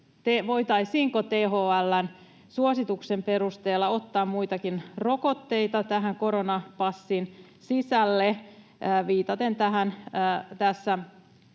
Voitaisiinko THL:n suosituksen perusteella ottaa muitakin rokotteita tähän koronapassin sisälle? Viittaan tässä